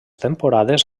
temporades